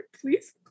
Please